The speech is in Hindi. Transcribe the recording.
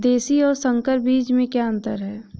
देशी और संकर बीज में क्या अंतर है?